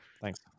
Thanks